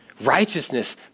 righteousness